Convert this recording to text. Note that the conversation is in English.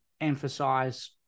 emphasize